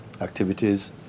activities